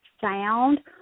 sound